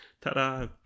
Ta-da